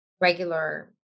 regular